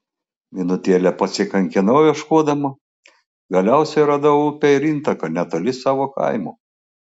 minutėlę pasikankinau ieškodama galiausiai radau upę ir intaką netoli savo kaimo